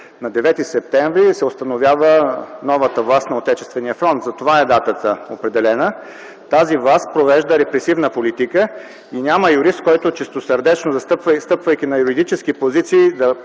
на 9-и септември се установява новата власт на Отечествения фронт – затова датата е определена. Тази власт провежда репресивна политика. Няма юрист, който, чистосърдечно стъпвайки на юридически позиции,